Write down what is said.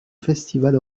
festivals